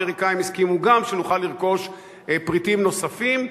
האמריקאים הסכימו גם שנוכל לרכוש פריטים נוספים.